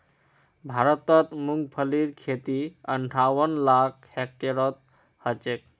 भारतत मूंगफलीर खेती अंठावन लाख हेक्टेयरत ह छेक